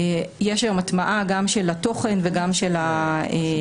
יש היום הטמעה גם של התוכן וגם של ההנחיה